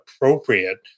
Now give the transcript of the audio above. appropriate